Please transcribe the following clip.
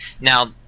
Now